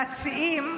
המציעים,